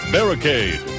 Barricade